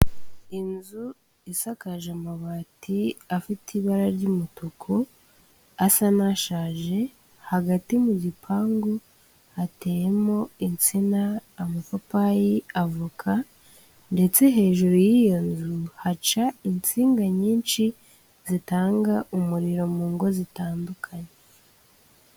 Inzu isakaje amabati afite ibara ry'umutuku, asa n'ashaje, hagati mu gipangu hateyemo insina, amapapayi, avoka ndetse hejuru y'iyo nzu haca insinga nyinshi zitanga umuriro mu ngo zitandukanye.